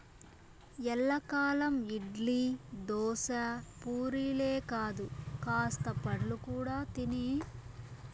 ఎల్లకాలం ఇడ్లీ, దోశ, పూరీలే కాదు కాస్త పండ్లు కూడా తినే